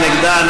מי נגדה?